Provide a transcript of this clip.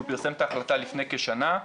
כשהוא פרסם את ההחלטה לפני כשנה,